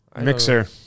Mixer